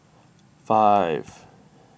five